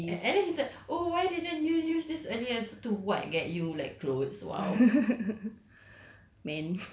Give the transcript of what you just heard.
oh wo~ and then he's said oh why didn't you use this earlier so to what get you like clothes !wow!